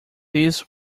this